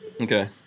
Okay